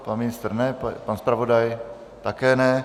Pan ministr ne, pan zpravodaj také ne.